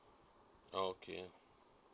okay